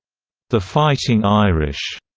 the fighting irish,